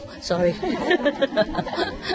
Sorry